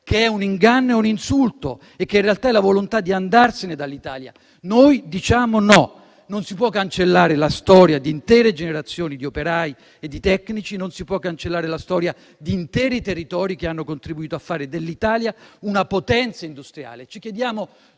che è un inganno e un insulto, che in realtà è la volontà di andarsene dall'Italia. Noi diciamo no; non si può cancellare la storia di intere generazioni di operai e di tecnici, non si può cancellare la storia di interi territori che hanno contribuito a fare dell'Italia una potenza industriale.